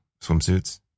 swimsuits